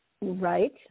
Right